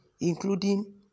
including